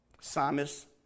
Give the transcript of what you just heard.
psalmist